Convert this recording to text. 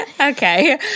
Okay